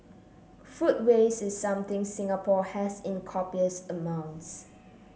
food waste is something Singapore has in copious amounts